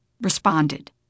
responded